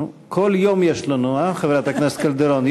כל יום יש לנו, אה, חברת הכנסת קלדרון?